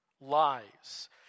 lies